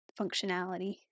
functionality